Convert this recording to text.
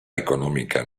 economica